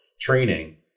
training